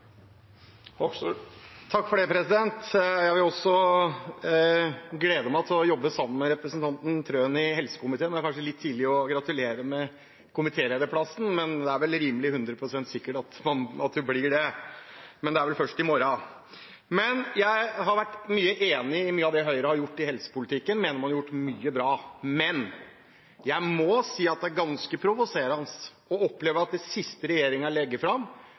Jeg gleder meg også til å jobbe sammen med representanten Wilhelmsen Trøen i helse- og omsorgskomiteen. Det er kanskje litt tidlig å gratulere med komitélederplassen. Det er vel rimelig å si at det 100 pst. sikkert at det blir det, men det er vel først i morgen. Jeg har vært enig i mye av det Høyre har gjort i helsepolitikken. Jeg mener de har gjort mye bra. Men jeg må si at det er ganske provoserende å oppleve at det siste regjeringen legger fram,